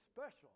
special